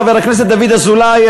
חבר הכנסת דוד אזולאי,